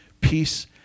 peace